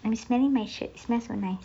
I'm smelling my shirt smell so nice